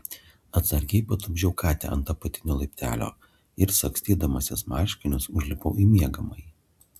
atsargiai patupdžiau katę ant apatinio laiptelio ir sagstydamasis marškinius užlipau į miegamąjį